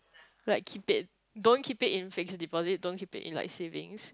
like keep it don't keep it in fixed deposit don't keep it in like savings